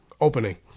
opening